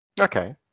Okay